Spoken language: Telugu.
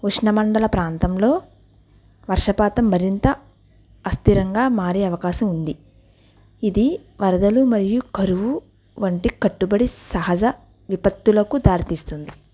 ఉష్ణ మండల ప్రాంతంలో వర్షపాతం మరింత అస్థిరంగా మారే అవకాశం ఉంది ఇది వరదలు మరియు కరువు వంటి కట్టుబడి సహజ విప్పత్తులకు దారి తీస్తుంది